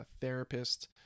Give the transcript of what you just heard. therapist